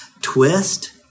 twist